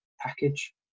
package